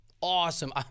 Awesome